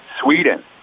Sweden